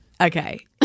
Okay